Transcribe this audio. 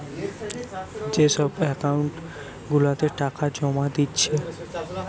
যে সব একাউন্ট গুলাতে টাকা জোমা দিচ্ছে